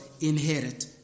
inherit